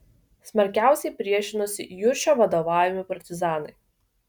smarkiausiai priešinosi juršio vadovaujami partizanai